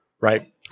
Right